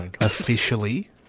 officially